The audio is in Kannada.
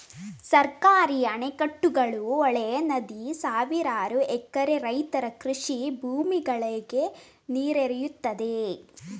ಸರ್ಕಾರಿ ಅಣೆಕಟ್ಟುಗಳು, ಹೊಳೆ, ನದಿ ಸಾವಿರಾರು ಎಕರೆ ರೈತರ ಕೃಷಿ ಭೂಮಿಗಳಿಗೆ ನೀರೆರೆಯುತ್ತದೆ